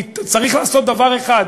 צריך לעשות דבר אחד,